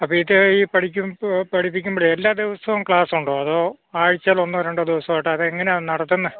അപ്പോൾ ഇത് ഈ പഠിക്കുമ്പോൾ പഠിപ്പിക്കുമ്പോൾ എല്ലാ ദിവസവും ക്ലാസ്സുണ്ടോ അതോ ആഴ്ചയിൽ ഒന്നോ രണ്ടോ ദിവസമായിട്ട് അത് എങ്ങനെയാണ് നടത്തുന്നത്